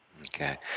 Okay